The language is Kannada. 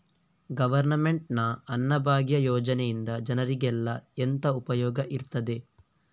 ಗವರ್ನಮೆಂಟ್ ನ ಅನ್ನಭಾಗ್ಯ ಯೋಜನೆಯಿಂದ ಜನರಿಗೆಲ್ಲ ಎಂತ ಉಪಯೋಗ ಇರ್ತದೆ?